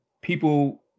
people